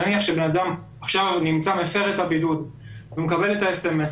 נניח שבן אדם עכשיו נמצא מפר את הבידוד ומקבל את האס.אמ.אס,